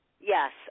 Yes